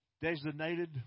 designated